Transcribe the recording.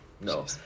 no